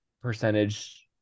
percentage